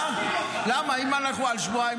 אם נסכים על שבועיים,